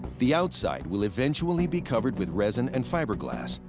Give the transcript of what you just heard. the outside will eventually be covered with resin and fiberglass.